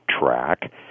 track